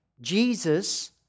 Jesus